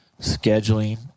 scheduling